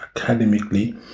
academically